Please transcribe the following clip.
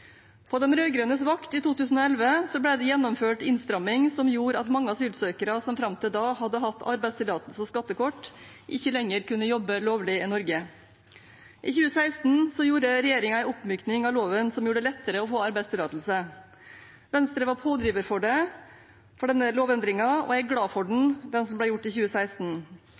På de rød-grønnes vakt i 2011 ble det gjennomført en innstramming som gjorde at mange asylsøkere som fram til da hadde hatt arbeidstillatelse og skattekort, ikke lenger kunne jobbe lovlig i Norge. I 2016 gjorde regjeringen en oppmykning av loven som gjorde det lettere å få arbeidstillatelse. Venstre var pådriver for denne lovendringen som ble gjort i 2016, og er glad for den.